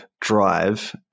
drive